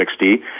60